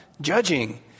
judging